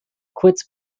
kurz